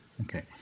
Okay